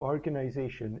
organization